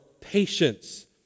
patience